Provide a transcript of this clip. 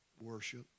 worship